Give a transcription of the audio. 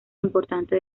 importante